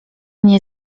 nie